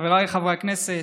חבריי חברי הכנסת,